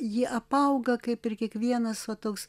ji apauga kaip ir kiekvienas va toks